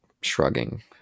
shrugging